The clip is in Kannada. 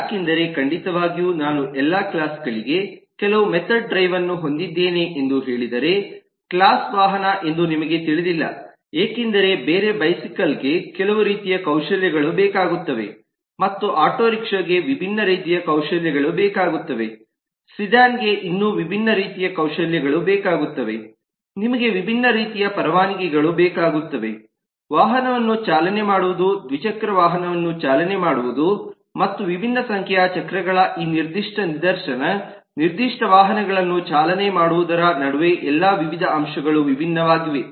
ಯಾಕೆಂದರೆ ಖಂಡಿತವಾಗಿಯೂ ನಾನು ಎಲ್ಲಾ ಕ್ಲಾಸ್ ಗಳಿಗೆ ಕೆಲವು ಮೆಥಡ್ ಡ್ರೈವ್ ಅನ್ನು ಹೊಂದಿದ್ದೇನೆ ಎಂದು ಹೇಳಿದರೆ ಕ್ಲಾಸ್ ವಾಹನ ಎಂದು ನಿಮಗೆ ತಿಳಿದಿಲ್ಲ ಏಕೆಂದರೆ ಬೇರೆ ಬೈಸಿಕಲ್ ಗೆ ಕೆಲವು ರೀತಿಯ ಕೌಶಲ್ಯಗಳು ಬೇಕಾಗುತ್ತವೆ ಮತ್ತು ಆಟೋ ರಿಕ್ಷಾ ಗೆ ವಿಭಿನ್ನ ರೀತಿಯ ಕೌಶಲ್ಯಗಳು ಬೇಕಾಗುತ್ತವೆ ಸೆಡಾನ್ ಗೆ ಇನ್ನೂ ವಿಭಿನ್ನ ರೀತಿಯ ಕೌಶಲ್ಯಗಳು ಬೇಕಾಗುತ್ತವೆ ನಿಮಗೆ ವಿಭಿನ್ನ ರೀತಿಯ ಪರವಾನಿಗೆಗಳು ಬೇಕಾಗುತ್ತವೆ ವಾಹನವನ್ನು ಚಾಲನೆ ಮಾಡುವುದು ದ್ವಿಚಕ್ರ ವಾಹನವನ್ನು ಚಾಲನೆ ಮಾಡುವುದು ಮತ್ತು ವಿಭಿನ್ನ ಸಂಖ್ಯೆಯ ಚಕ್ರಗಳ ಈ ನಿರ್ದಿಷ್ಟ ನಿದರ್ಶನ ನಿರ್ದಿಷ್ಟ ವಾಹನಗಳನ್ನು ಚಾಲನೆ ಮಾಡುವುದರ ನಡುವೆ ಎಲ್ಲಾ ವಿವಿಧ ಅಂಶಗಳು ವಿಭಿನ್ನವಾಗಿವೆ